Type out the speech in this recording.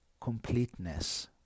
completeness